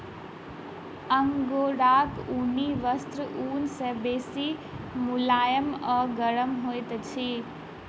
अंगोराक ऊनी वस्त्र ऊन सॅ बेसी मुलैम आ गरम होइत अछि